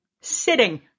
Sitting